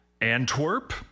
Antwerp